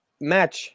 match